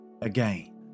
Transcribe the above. again